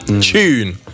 tune